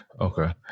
Okay